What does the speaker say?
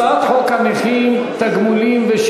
הצעת החוק עברה בקריאה ראשונה ותועבר לוועדת